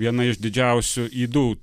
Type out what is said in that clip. viena iš didžiausių ydų